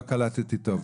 לא קלטתי טוב.